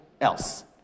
else